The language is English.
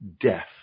death